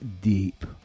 deep